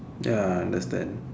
ya understand